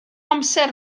amser